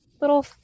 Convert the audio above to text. little